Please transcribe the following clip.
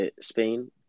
Spain